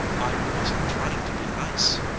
i wasn't trying to be nice.